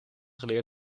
geleerd